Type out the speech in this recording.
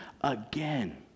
again